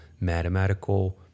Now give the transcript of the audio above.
mathematical